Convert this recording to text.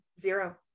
zero